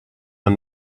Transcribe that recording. one